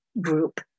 group